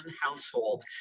household